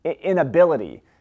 inability